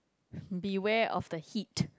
be aware of the heat